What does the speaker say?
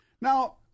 Now